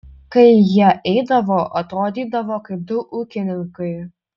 kai jie eidavo atrodydavo kaip du ūkininkai